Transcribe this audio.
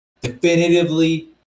definitively